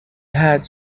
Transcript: had